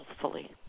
healthfully